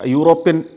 European